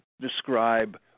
describe